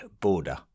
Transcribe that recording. border